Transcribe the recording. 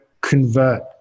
convert